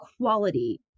quality